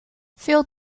veel